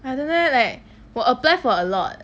I don't know leh like 我 apply for a lot